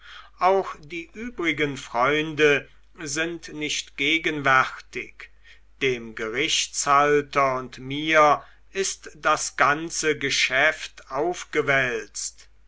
auch die übrigen freunde sind nicht gegenwärtig dem gerichtshalter und mir ist das ganze geschäft aufgewälzt